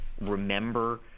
remember